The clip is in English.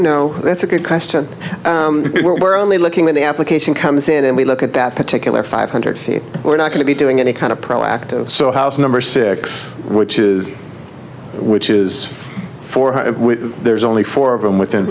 no that's a good question we're only looking at the application comes in and we look at that particular five hundred feet we're not going to be doing any kind of proactive so house number six which is which is four there's only four of them within